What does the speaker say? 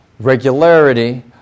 Regularity